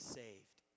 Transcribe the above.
saved